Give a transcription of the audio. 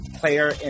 player